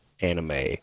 anime